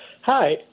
Hi